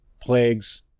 plagues